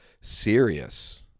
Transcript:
serious